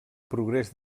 progrés